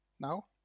now